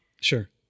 Sure